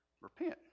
Repent